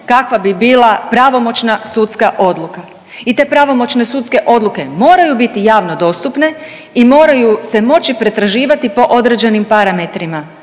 kakva bi bila pravomoćna sudska odluka i te pravomoćne sudske odluke moraju biti javno dostupne i moraju se moći pretraživati po određenim parametrima